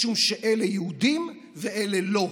משום שאלה יהודים ואלה לא,